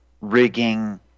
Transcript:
rigging